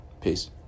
Peace